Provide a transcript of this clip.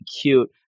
cute